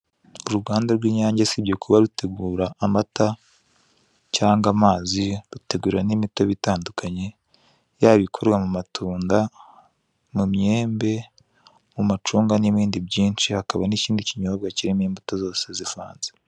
Uruganda rw'inyange usibye kuba rutegura amata cyangwa amazi bategura n'imitobe itandukanye yaba ikorwa mumatunda, mumyembe, mumacunga n'ibindi byinshi hakaba nikindi kinyobwa kirimo imbuto zose zivanze.